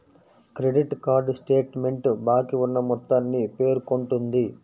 credit card statement బాకీ ఉన్న మొత్తాన్ని పేర్కొంటుంది